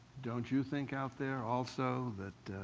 don't you think out there, also, that